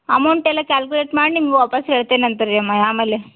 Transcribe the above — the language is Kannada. ಅಮೌಂಟ್ ಎಲ್ಲ ಕ್ಯಾಲ್ಕ್ಯುಲೇಟ್ ಮಾಡಿ ನಿಮ್ಗೆ ವಾಪಸ್ ಹೇಳ್ತಿನಂತ ರೀ ಆಮೇ ಆಮೇಲೆ